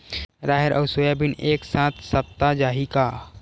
राहेर अउ सोयाबीन एक साथ सप्ता चाही का?